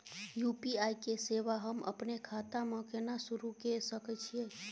UPI के सेवा हम अपने खाता म केना सुरू के सके छियै?